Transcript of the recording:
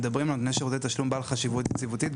אנחנו מדברים על שירותי תשלום בעד חשיבות יציבותית,